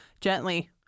gently